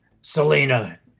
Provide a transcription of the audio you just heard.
Selena